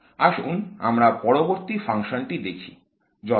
আসুন আমরা পরবর্তী ফাংশনটি দেখি যথা